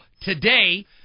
Today